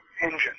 engine